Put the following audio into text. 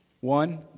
One